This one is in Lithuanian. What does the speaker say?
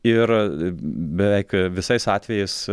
ir beveik visais atvejais